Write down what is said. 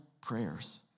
prayers